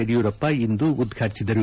ಯಡಿಯೂರಪ್ಪ ಇಂದು ಉದ್ಘಾಟಿಸಿದರು